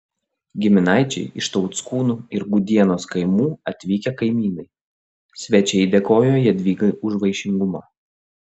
giminaičiai iš tauckūnų ir gudienos kaimų atvykę kaimynai svečiai dėkojo jadvygai už vaišingumą